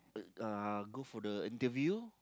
uh uh go for the interview